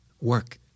Work